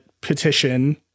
petition